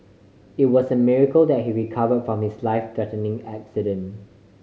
it was a miracle that he recover from his life threatening accident